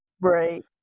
Right